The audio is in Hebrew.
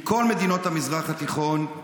מכל מדינות המזרח התיכון,